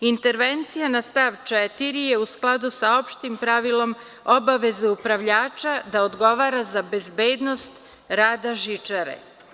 Intervencija na stav 4. je u skladu sa opštim pravilom obaveze upravljača da odgovara za bezbednost rada žičare.